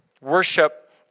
Worship